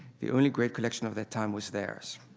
the only great collection of their time was theirs.